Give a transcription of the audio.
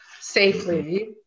safely